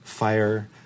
Fire